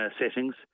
settings